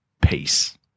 peace